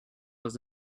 was